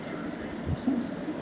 स संस्कृत